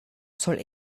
soll